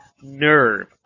nerve